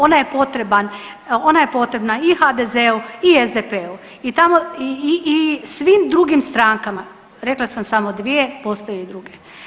Ona je potreban, ona je potrebna i HDZ-u i SDP-u i tamo i svim drugim strankama, rekla sam samo dvije postoje i druge.